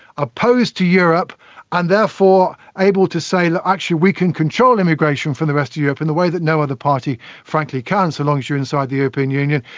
opposed to europe and therefore able to say, look, actually we can control immigration from the rest of europe in the way that no other party frankly can, so long as you are inside the european union.